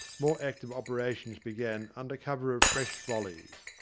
more active operations began under cover of fresh volleys.